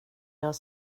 jag